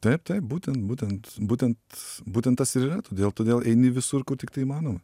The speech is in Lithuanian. taip taip būtent būtent būtent būtent tas ir yra todėl todėl eini visur kur tiktai įmanoma